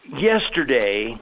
yesterday